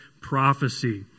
prophecy